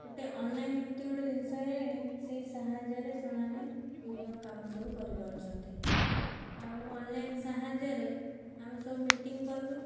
ଗୋଟେ ଅନ୍ଲାଇନ୍ ଏମିତି ଗୋଟିଏ ଜିନିଷ ହେଇଗଲାଣି ସେହି ସାହାଯ୍ୟରେ ସେମାନେ ବିଭିନ୍ନ କାମ ସବୁ କରି ପାରୁଛନ୍ତି ଆଉ ଅନ୍ଲାଇନ୍ ସାହାଯ୍ୟରେ ଆମେ ସବୁ ମିଟିଂ କଲୁ